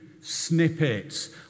snippets